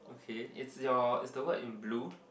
okay is your is the word in blue